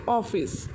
office